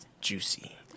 Juicy